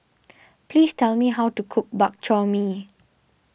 please tell me how to cook Bak Chor Mee